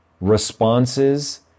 responses